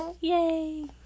Yay